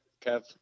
Kev